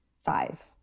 five